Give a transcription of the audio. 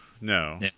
no